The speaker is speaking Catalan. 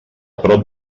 prop